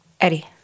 Eddie